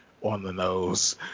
on-the-nose